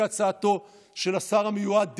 כהצעתו של השר המיועד דרעי,